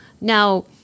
Now-